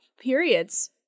periods